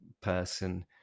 person